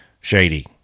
shady